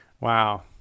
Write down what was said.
Wow